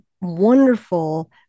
wonderful